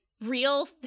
real